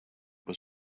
was